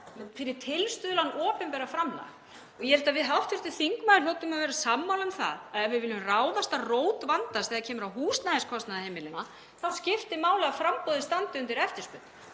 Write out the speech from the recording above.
fyrir tilstuðlan opinberra framlaga og ég held að við hv. þingmaður hljótum að vera sammála um það að ef við viljum ráðast að rót vandans þegar kemur að húsnæðiskostnaði heimilanna þá skiptir máli að framboðið standi undir eftirspurn